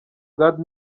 god